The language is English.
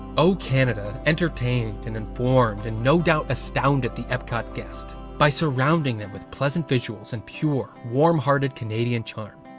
o canada entertained and informed and no doubt astounded the epcot guest by surrounding them with pleasant visuals and pure warmhearted canadian charm.